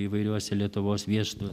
įvairiuose lietuvos miestuos